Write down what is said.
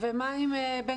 ומה עם מדרשת בן